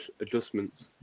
adjustments